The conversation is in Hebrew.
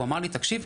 הוא אמר לי: ״תקשיב,